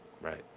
Right